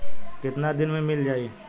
कितना दिन में मील जाई?